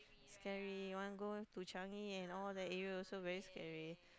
scary want go to Changi and all that area also very scary